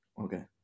Okay